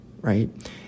right